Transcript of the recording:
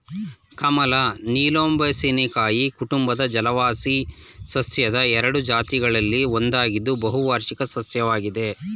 ಕಮಲ ನೀಲಂಬೊನೇಸಿಯಿ ಕುಟುಂಬದ ಜಲವಾಸಿ ಸಸ್ಯದ ಎರಡು ಜಾತಿಗಳಲ್ಲಿ ಒಂದಾಗಿದ್ದು ಬಹುವಾರ್ಷಿಕ ಸಸ್ಯವಾಗಿದೆ